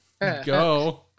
Go